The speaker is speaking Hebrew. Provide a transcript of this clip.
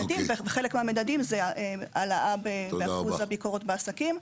וחלק מהמדדים זה העלאה באחוז הביקורת בעסקים.